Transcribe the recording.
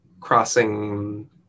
crossing